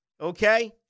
Okay